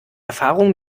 erfahrung